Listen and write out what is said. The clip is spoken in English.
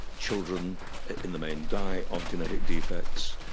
children in the main die of genetic defects.